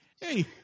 Hey